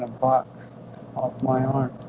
box up my arm